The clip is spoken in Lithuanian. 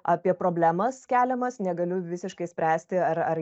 apie problemas keliamas negaliu visiškai spręsti ar ar